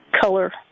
color